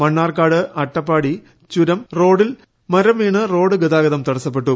മണ്ണാർക്കാട് അട്ടപ്പാടി ചുരം റോഡിൽ മരം വീണ് റോഡ് ഗതാഗതം തടസ്സപ്പെട്ടു